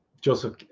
Joseph